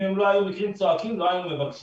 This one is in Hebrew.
אם הם לא היו מקרים צועקים לא היינו מבקשים.